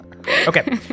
Okay